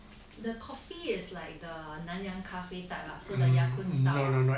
the coffee is like the 南阳咖啡 type ah so the ya kun style ah